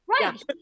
Right